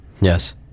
Yes